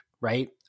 right